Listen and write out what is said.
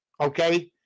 okay